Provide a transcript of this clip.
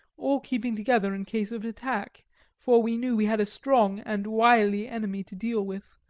all keeping together in case of attack for we knew we had a strong and wily enemy to deal with,